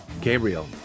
Gabriel